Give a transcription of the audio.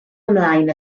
ymlaen